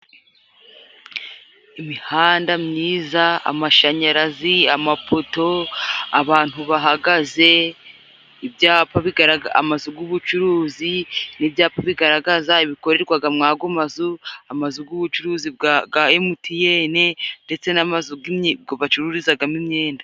Imihanda myiza, amashanyarazi, amapoto, abantu bahagaze, amazu g'ubucuruzi, ibyapa bigaragaza ibikorerwaga muri ago mazu, amazu g'ubucuruzi bwa emuti ene ndetse n'amazu bacururizagamo imyenda.